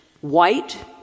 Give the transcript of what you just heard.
white